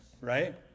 right